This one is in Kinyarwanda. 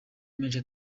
menshi